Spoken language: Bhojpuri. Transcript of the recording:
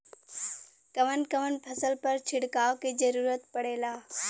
कवन कवन फसल पर छिड़काव के जरूरत पड़ेला?